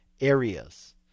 areas